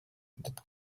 that